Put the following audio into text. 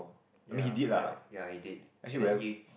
ya correct ya it did and then it